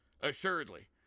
assuredly